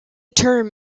term